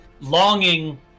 longing